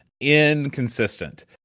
inconsistent